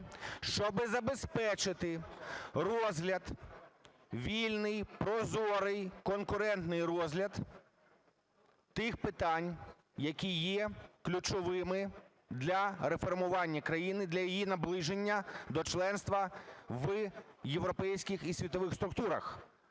щоб забезпечити розгляд вільний, прозорий, конкурентний розгляд тих питань, які є ключовими для реформування країни, для її наближення до членства в європейських і світових структурах,